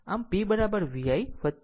આમ P VI V ' I '